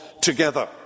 together